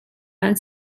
mewn